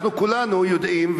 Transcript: אנחנו כולנו יודעים,